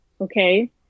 okay